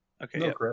Okay